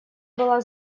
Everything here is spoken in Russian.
была